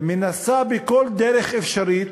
שמנסה בכל דרך אפשרית,